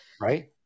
right